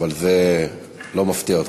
אבל זה בטח לא מפתיע אותך.